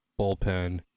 bullpen